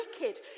wicked